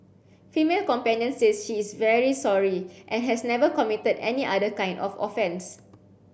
female companion says she is very sorry and has never committed any other kind of offence